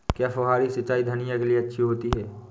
क्या फुहारी सिंचाई धनिया के लिए अच्छी होती है?